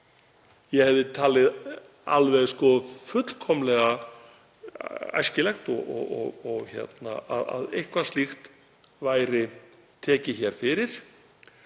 Ég hefði talið alveg fullkomlega æskilegt að eitthvað slíkt væri tekið fyrir